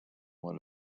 one